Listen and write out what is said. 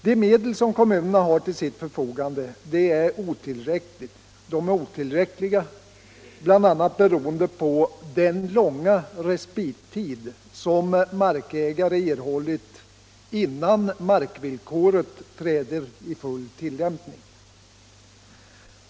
De medel som kommunerna har till sitt förfogande är otillräckliga, bl.a. beroende på den långa respittid som markägare erhållit innan markvillkoren träder i full tillämpning.